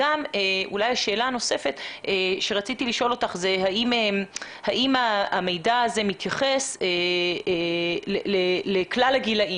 השאלה הנוספת שרציתי לשאול אותך היא האם המידע הזה מתייחס לכלל הגילים?